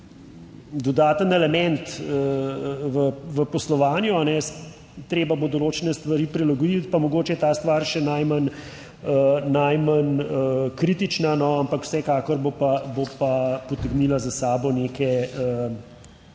dodaten element v poslovanju. Treba bo določene stvari prilagoditi, pa mogoče je ta stvar še najmanj, najmanj kritična, ampak vsekakor bo pa potegnila za sabo neke